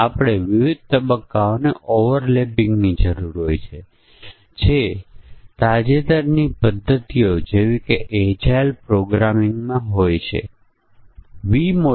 આપણે કહ્યું છે કે ત્રણ ઇનપુટ શરતો છે એક ફ્લાઇટ અડધી ભરેલી છે ટિકિટનો ખર્ચ 3000 કરતા વધારે છે અને તે ઘરેલું ફ્લાઇટ છે કે નહીં